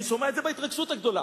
אני שומע את זה בהתרגשות הגדולה,